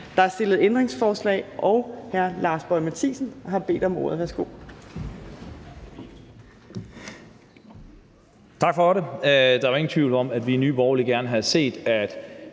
Der er stillet ændringsforslag, og hr. Lars Boje Mathiesen har bedt om ordet.